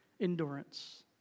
endurance